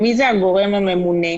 הגורם הממונה?